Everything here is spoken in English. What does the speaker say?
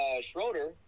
Schroeder